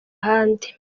ahandi